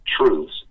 truths